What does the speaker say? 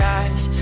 eyes